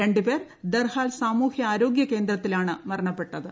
രണ്ടുപേർ ദർഹാൽ സാമൂഹ്യ ആരോഗ്യകേന്ദ്രത്തിലുമാണ് മരണപ്പെട്ടത്